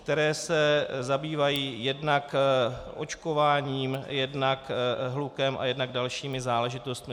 ... které se zabývají jednak očkováním, jednak hlukem, jednak dalšími záležitostmi.